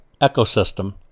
ecosystem